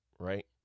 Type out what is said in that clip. Right